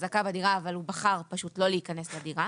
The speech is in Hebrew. החזקה בדירה אבל הוא בחר לא להיכנס לדירה.